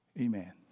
Amen